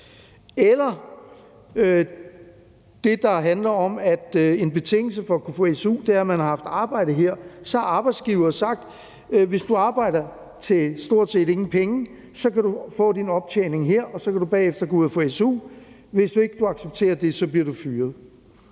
være det, der handler om, at en betingelse for at kunne få su er, at man har haft arbejde her, hvor arbejdsgiveren har sagt: Hvis du arbejder til stort set ingen penge, kan du få din optjening her, og så kan du bagefter gå ud og få su. Hvis du ikke kan acceptere det, bliver du fyret.